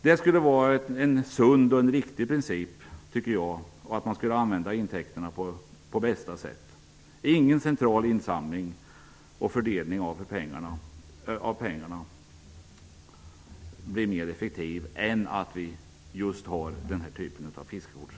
Det skulle vara en sund och riktig princip och skulle innebära att man skulle använda intäkterna på bästa sätt. Ingen central insamling och fördelning av pengarna blir mer effektiv än en sådan försäljning av fiskekort.